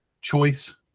choice